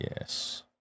Yes